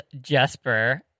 Jesper